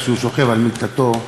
כשהוא שוכב על מיטתו,